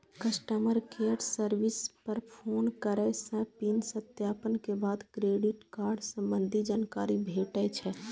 customer care service पर phone करै सं पिन सत्यापन के बाद क्रेडिट कार्ड संबंधी जानकारी भेटै छै